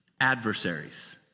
adversaries